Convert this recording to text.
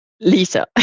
Lisa